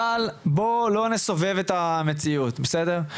אבל בוא לא נסובב את המציאות, בסדר?